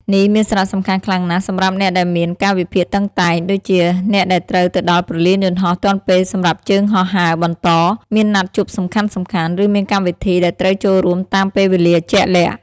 នេះមានសារៈសំខាន់ខ្លាំងណាស់សម្រាប់អ្នកដែលមាន កាលវិភាគតឹងតែង ដូចជាអ្នកដែលត្រូវទៅដល់ព្រលានយន្តហោះទាន់ពេលសម្រាប់ជើងហោះហើរបន្ត មានណាត់ជួបសំខាន់ៗ ឬមានកម្មវិធីដែលត្រូវចូលរួមតាមពេលវេលាជាក់លាក់។